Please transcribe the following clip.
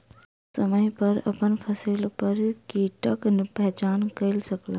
ओ समय पर अपन फसिल पर कीटक पहचान कय सकला